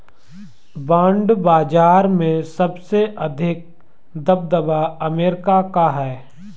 bond बाजार में सबसे अधिक दबदबा अमेरिका का है